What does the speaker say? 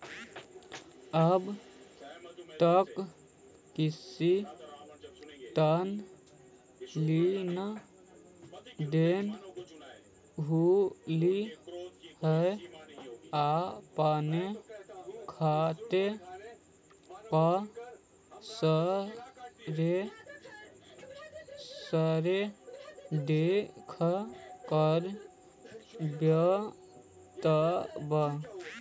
अब तक कितना लेन देन होलो हे अपने खाते का सारांश देख कर बतावा